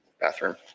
bathroom